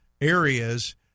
areas